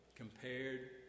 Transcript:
compared